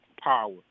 power